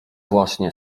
właśnie